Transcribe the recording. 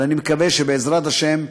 אבל אני מקווה שבעזרת השם,